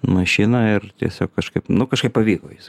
mašiną ir tiesiog kažkaip nu kažkaip pavyko jis